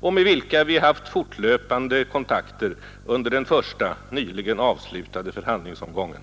och med vilka vi haft fortlöpande kontakter under den första nyligen avslutade förhand lingsomgången.